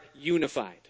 unified